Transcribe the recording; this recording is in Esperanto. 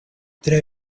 tre